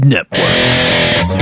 Networks